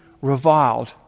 reviled